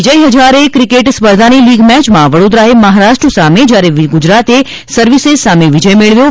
વિજય Hazare cricket સ્પર્ધાની league મેચમાં વડોદરાએ મહારાષ્ટ્ર સામે જ્યારે ગુજરાતે સર્વિસેસ સામે વિજય મેળવ્યો છે